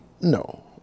No